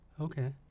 Okay